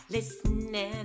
Listening